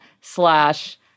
slash